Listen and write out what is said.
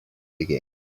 again